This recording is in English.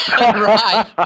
Right